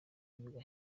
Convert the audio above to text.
bibuga